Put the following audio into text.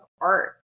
art